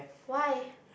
why